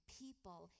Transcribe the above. people